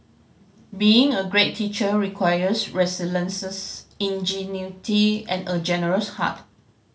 being a great teacher requires ingenuity and a generous heart